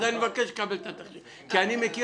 אז אני מבקש לקבל את התחשיב כי אני מכיר